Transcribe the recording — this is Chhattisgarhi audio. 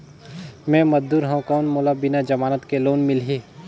मे मजदूर हवं कौन मोला बिना जमानत के लोन मिलही?